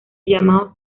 llamada